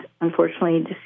unfortunately